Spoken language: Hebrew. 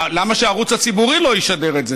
למה שהערוץ הציבורי לא ישדר את זה?